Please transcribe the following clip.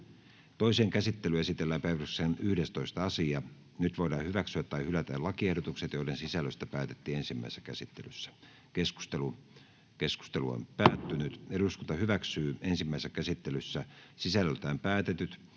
Toiseen käsittelyyn esitellään päiväjärjestyksen 5. asia. Nyt voidaan hyväksyä tai hylätä lakiehdotukset, joiden sisällöstä päätettiin ensimmäisessä käsittelyssä. Keskustelu asiasta päättyi 30.11.2022 pidetyssä täysistunnossa.